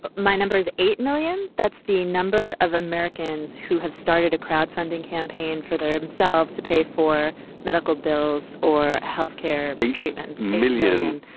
but my number is eight million. that's the number of americans who have started a crowdfunding campaign for their themselves to pay for medical bills or health care, a treatment million.